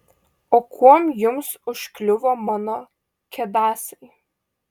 o kuo jums užkliuvo mano kedasai